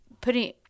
putting